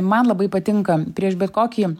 man labai patinka prieš bet kokį